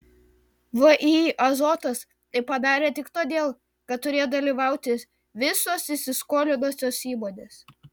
vį azotas tai padarė tik todėl kad turėjo dalyvauti visos įsiskolinusios įmonės